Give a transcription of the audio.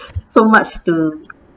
so much to